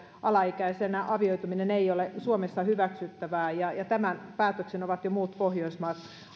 alaikäisenä avioituminen ei ole suomessa hyväksyttävää tämän päätöksen ovat jo muut pohjoismaat